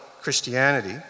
Christianity